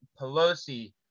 Pelosi